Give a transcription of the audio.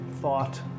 thought